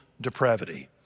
depravity